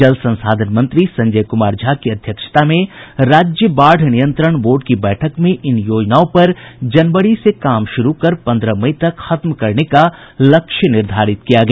जल संसाधन मंत्री संजय कुमार झा की अध्यक्षता में राज्य बाढ़ नियंत्रण बोर्ड की बैठक में इन योजनाओं पर जनवरी से काम शुरू कर इसे पन्द्रह मई तक खत्म करने का लक्ष्य निर्धारित किया गया